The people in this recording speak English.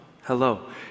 Hello